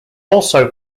also